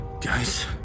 Guys